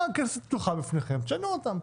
הכנסת פתוחה בפניכם, תשנו אותם.